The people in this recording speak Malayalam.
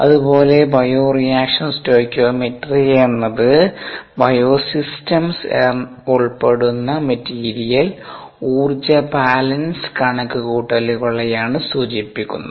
അതുപോലെ ബയോറിയാക്ഷൻ സ്റ്റോകിയോമെട്രി എന്നത് ബയോസിസ്റ്റംസ് ഉൾപ്പെടുന്ന മെറ്റീരിയൽ ഊർജ്ജ ബാലൻസ് കണക്കുകൂട്ടലുകളെയാണ് സൂചിപ്പിക്കുന്നത്